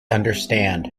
understand